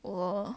我